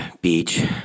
beach